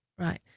Right